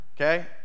okay